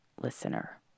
listener